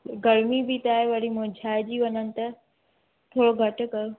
गर्मी बि त आहे वरी मुर्झाइजी ति वञनि त थोरो घटि कयो